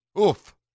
Oof